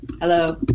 Hello